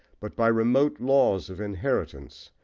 but by remote laws of inheritance,